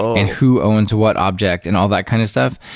and who owns what object, and all that kind of stuff.